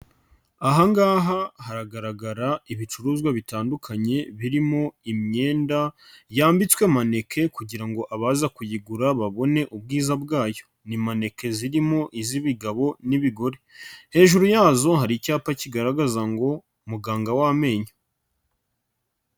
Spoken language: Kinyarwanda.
Ahangaha haragaragara ibicuruzwa bitandukanye birimo imyenda yambitswe maneke kugira ngo abaza kuyigura babone ubwiza bwayo, ni maneke zirimo iz'ibigabo n'ibigore, hejuru yazo hari icyapa kigaragaza ngo muganga w'amenyo.